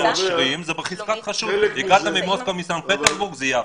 הגעת ממוסקבה, זייפת.